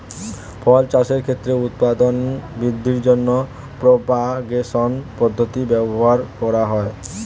ফল চাষের ক্ষেত্রে উৎপাদন বৃদ্ধির জন্য প্রপাগেশন পদ্ধতি ব্যবহার করা হয়